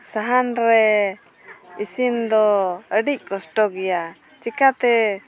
ᱥᱟᱦᱟᱱ ᱨᱮ ᱤᱥᱤᱱ ᱫᱚ ᱟᱹᱰᱤ ᱠᱚᱥᱴᱚ ᱜᱮᱭᱟ ᱪᱤᱠᱟᱹᱛᱮ